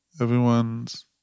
Everyone's